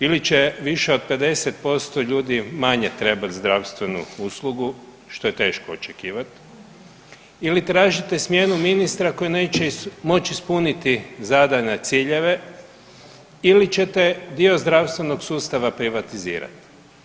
Ili će više od 50% ljudi manje trebati zdravstvenu uslugu što je teško očekivati ili tražite smjenu ministra koji neće moći ispuniti zadane ciljeve ili ćete dio zdravstvenog sustava privatizirati.